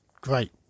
Great